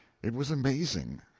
it was amazing.